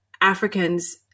Africans